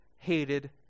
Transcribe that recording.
hated